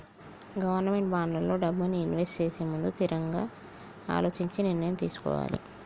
government బాండ్లల్లో డబ్బుని invest చేసేముందు తిరంగా అలోచించి నిర్ణయం తీసుకోవాలే